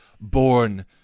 born